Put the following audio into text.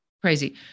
crazy